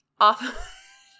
Off